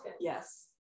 Yes